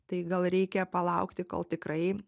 tai gal reikia palaukti kol tikrai